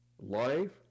life